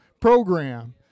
program